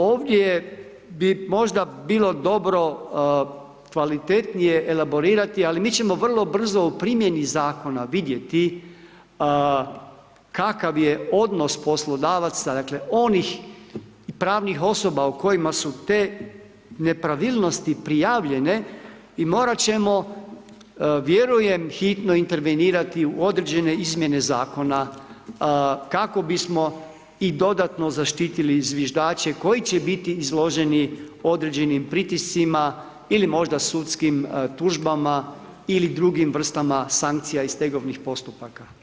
Ovdje bi možda bilo dobro kvalitetnije elaborirati ali mi ćemo vrlo brzo u primjeni zakona vidjeti kakav je odnos poslodavaca, dakle onih pravnih osoba o kojima su te nepravilnosti prijavljene i morati ćemo vjerujem hitno intervenirati u određene izmjene zakona kako bismo i dodatno zaštitili zviždače koji će biti izloženi određenim pritiscima ili možda sudskim tužbama ili drugim vrstama sankcija i stegovnih postupaka.